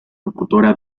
locutora